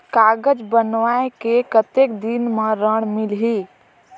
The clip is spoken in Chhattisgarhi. कागज बनवाय के कतेक दिन मे ऋण मिलही?